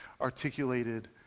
articulated